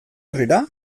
herrira